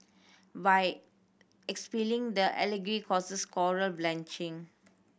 by expelling the algae causes coral bleaching